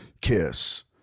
kiss